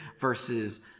versus